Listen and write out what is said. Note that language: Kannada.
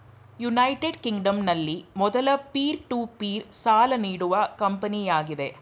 ಯುನೈಟೆಡ್ ಕಿಂಗ್ಡಂನಲ್ಲಿ ಮೊದ್ಲ ಪೀರ್ ಟು ಪೀರ್ ಸಾಲ ನೀಡುವ ಕಂಪನಿಯಾಗಿದೆ